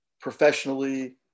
professionally